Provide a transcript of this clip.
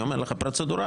אני אומר לך, פרוצדורלית.